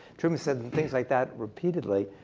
truman said and things like that repeatedly.